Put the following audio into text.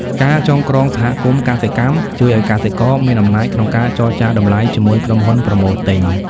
ការចងក្រងសហគមន៍កសិកម្មជួយឱ្យកសិករមានអំណាចក្នុងការចរចាតម្លៃជាមួយក្រុមហ៊ុនប្រមូលទិញ។